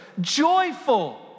joyful